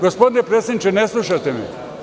Gospodine predsedniče ne slušate me.